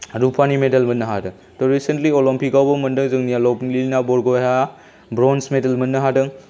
रुफानि मेडेल मोननो हादों त' रिसेन्टलि अलिम्पिकावबो मोनदों जोंनिया लाभलिना बरग'हाइआ ब्रन्ज मेडेल मोननो हादों